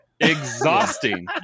exhausting